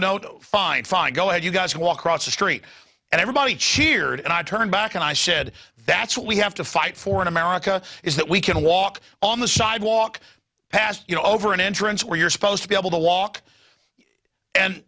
to fine fine go ahead you guys walk across the street and everybody cheered and i turned back and i said that's what we have to fight for in america is that we can walk on the sidewalk past you know over an entrance where you're supposed to be able to walk and